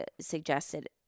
suggested